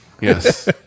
Yes